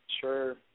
Sure